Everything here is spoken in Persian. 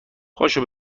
پاشو